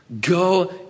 go